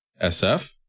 SF